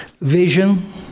Vision